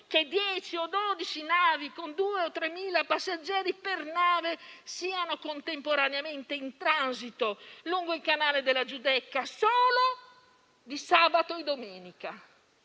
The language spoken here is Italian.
che 10 o 12 navi con 2.000-3.000 passeggeri per nave siano contemporaneamente in transito lungo il canale della Giudecca, solo di sabato e domenica.